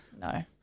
No